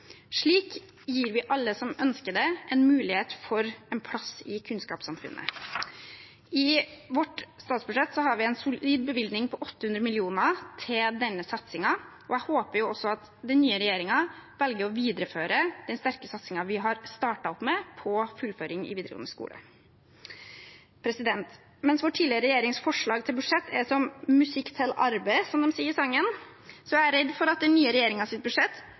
Slik gir vi alle som ønsker det, en mulighet for en plass i kunnskapssamfunnet. I vårt statsbudsjett har vi en solid bevilgning på 800 mill. kr til denne satsingen, og jeg håper at den nye regjeringen velger å videreføre den sterke satsingen vi har startet opp med når det gjelder fullføring i videregående skole. Mens vår tidligere regjerings forslag til budsjett er som «musikk tel arbe’» – som de sier i sangen – er jeg redd for at den nye regjeringens budsjett